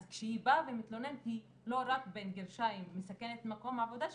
אז כשהיא באה ומתלוננת היא לא "רק" מסכנת את מקום העבודה שלה,